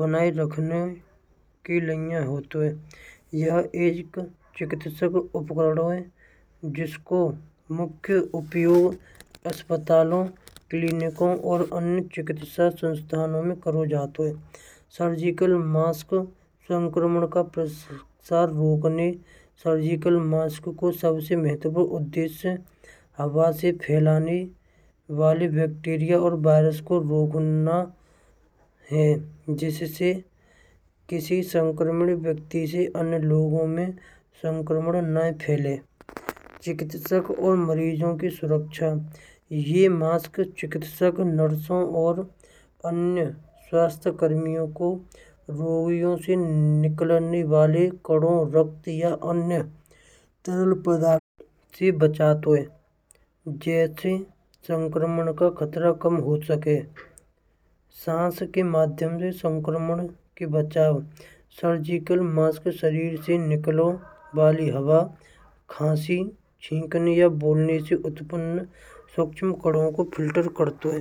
बनाए रखने की लाइन होतों हां। चिकित्सक उपकरणों जिसको मुख्य उपचार अस्पताल, क्लिनिक, और अन्य चिकित्सा संस्थानों में करो, जाते सर्जिकल मास्क संक्रमण का प्रचार रोकने। सर्जिकल मास्क का महत्वपूर्ण उद्देश्य। हवा से फैलाने वाले बैक्टीरिया और वायरस को रोकनो हय। जिस्सै किसी संक्रामणीय व्यक्ति सै अन्य लोगों माईं संक्रमण नै फिल्लाई। चिकित्सक और मरीजों की सुरक्ष यह मास्क चिकित्सक नर्सन और अन्य स्वास्थ्य कर्मियों को रोगियों से निकालने वाले करोड़ राख दिया। अन्य सरल पदार्थ से बचाते होत हय। जायसी संक्रमण का खतरा कम हो सके। साँस के माध्यम से के बचाव सर्जिकल मास के शरीर से निकालो वाली हवा खाँसे छींकनिया बोलने से उत्पन्न सूक्ष्म कणों को फिल्टर करते हैं।